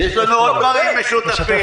יש לנו עוד דברים משותפים,